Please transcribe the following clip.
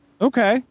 Okay